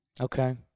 Okay